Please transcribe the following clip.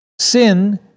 Sin